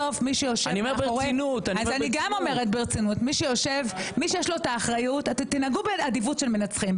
מי שיש לו את האחריות תנהגו באדיבות של מנצחים.